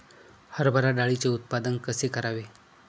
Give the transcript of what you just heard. हरभरा डाळीचे उत्पादन कसे करावे?